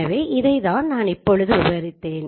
எனவே இதைத்தான் நான் இப்போது விவரித்தேன்